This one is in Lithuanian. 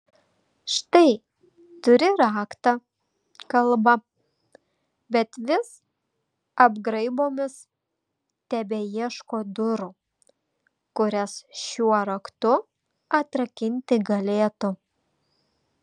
štai turi raktą kalbą bet vis apgraibomis tebeieško durų kurias šiuo raktu atrakinti galėtų